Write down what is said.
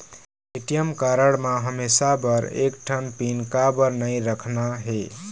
ATM card म हमेशा बर एक ठन पिन काबर नई रखना हे?